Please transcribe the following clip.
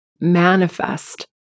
manifest